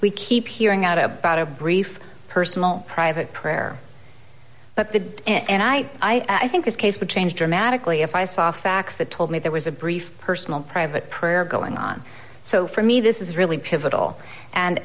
we keep hearing out about a brief personal private prayer but they did and i i think this case would change dramatically if i saw facts that told me there was a brief personal private prayer going on so for me this is really pivotal and